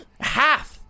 Half